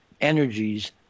energies